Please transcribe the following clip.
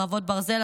חרבות ברזל),